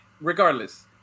regardless